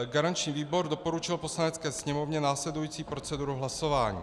Garanční výbor doporučil Poslanecké sněmovně následující proceduru hlasování: